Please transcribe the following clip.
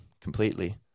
completely